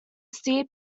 ste